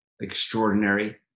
extraordinary